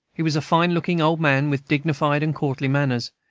he was a fine-looking old man, with dignified and courtly manners,